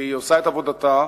והיא עושה את עבודתה,